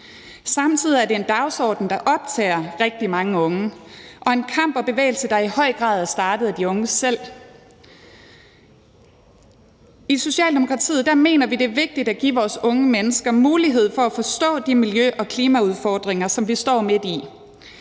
Samtidig er det en dagsorden, der optager rigtig mange unge, og en kamp og bevægelse, der i høj grad er startet af de unge selv. I Socialdemokratiet mener vi, det er vigtigt at give vores unge mennesker mulighed for at forstå de miljø- og klimaudfordringer, som vi står midt i.